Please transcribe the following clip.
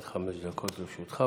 עד חמש דקות לרשותך.